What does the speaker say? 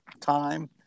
time